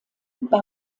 bei